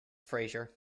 frasier